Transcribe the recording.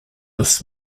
this